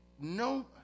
no